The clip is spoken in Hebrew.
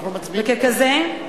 וככזה, אנחנו מצביעים,